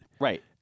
Right